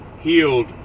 healed